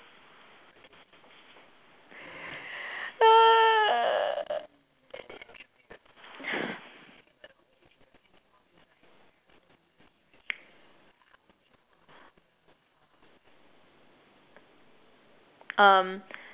um